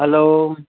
hello